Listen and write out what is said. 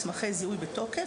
מסמכי זיהוי בתוקף,